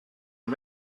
are